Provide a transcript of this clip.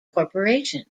corporation